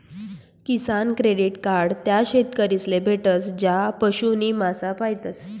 किसान credit card त्या शेतकरीस ले भेटस ज्या पशु नी मासा पायतस